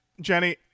Jenny